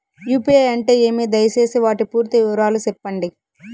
UPI అంటే ఏమి? దయసేసి వాటి పూర్తి వివరాలు సెప్పండి?